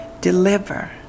deliver